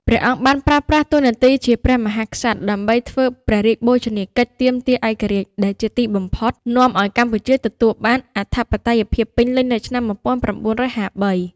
ព្រះអង្គបានប្រើប្រាស់តួនាទីជាព្រះមហាក្សត្រ ដើម្បីធ្វើព្រះរាជបូជនីយកិច្ចទាមទារឯករាជ្យ ដែលជាទីបំផុតនាំឱ្យកម្ពុជាទទួលបានអធិបតេយ្យភាពពេញលេញនៅឆ្នាំ១៩៥៣។